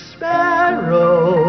Sparrow